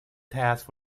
test